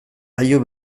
gailu